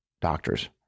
doctors